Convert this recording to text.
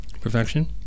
perfection